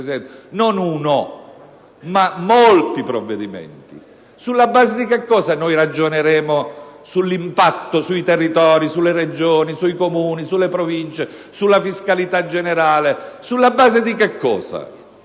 non uno, ma molti provvedimenti? Sulla base di che cosa ragioneremo con riferimento all'impatto sui territori, sulle Regioni, sui Comuni, sulle Province, sulla fiscalità generale? Sulla base di che cosa?